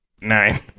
Nine